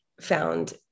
found